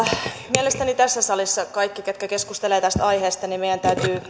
mielestäni tässä salissa meidän kaikkien ketkä keskustelevat tästä aiheesta